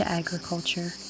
agriculture